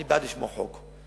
אני בעד לשמור חוק.